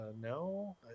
no